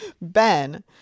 Ben